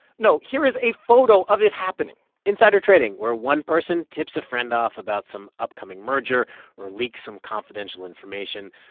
no, here is a photo of it happening insider trading where one person tips a friend off about some upcoming merger or leaks some confidential information.